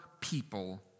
people